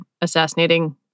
assassinating